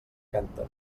canta